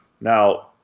Now